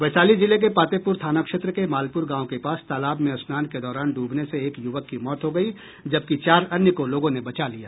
वैशाली जिले के पातेपुर थाना क्षेत्र के मालपुर गांव के पास तालाब में स्नान के दौरान डूबने से एक युवक की मौत हो गयी जबकि चार अन्य को लोगों ने बचा लिया